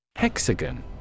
Hexagon